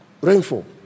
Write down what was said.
rainfall